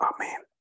Amen